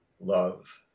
love